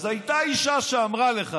אז הייתה אישה שאמרה לך